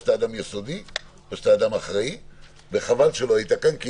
אנחנו התחלנו את